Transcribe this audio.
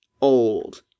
old